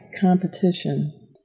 competition